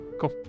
cool